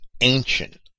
ancient